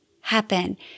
happen